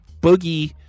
boogie